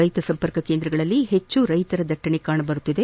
ರೈತ ಸಂಪರ್ಕ ಕೇಂದ್ರಗಳಲ್ಲಿ ಹೆಚ್ಚು ರೈತರ ದಟ್ಟಣೆ ಕಂಡುಬಂದಿದೆ